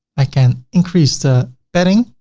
i can increase the padding,